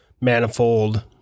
manifold